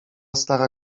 stara